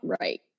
right